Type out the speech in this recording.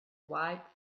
wipe